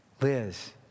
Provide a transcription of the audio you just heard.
Liz